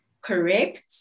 correct